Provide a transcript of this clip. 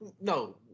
No